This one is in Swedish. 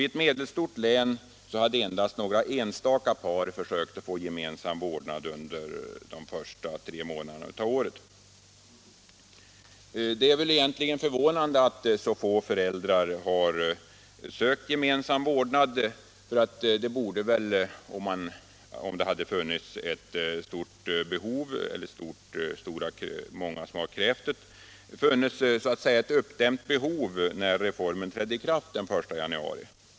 I ett medelstort län hade under de första månaderna av året endast några enstaka par försökt få gemensam vårdnad. Det är egentligen förvånande att så få föräldrar sökt gemensam vårdnad. Om många hade önskat gemensam vårdnad borde det, när reformen träd de i kraft den 1 januari, ha funnits ett stort uppdämt behov.